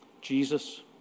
Jesus